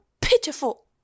pitiful